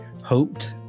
hoped